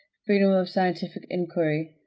freedom of scientific inquiry.